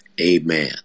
Amen